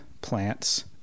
plants